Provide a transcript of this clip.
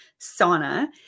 sauna